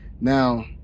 Now